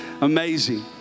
Amazing